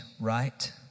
right